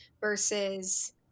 versus